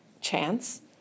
chance